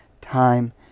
time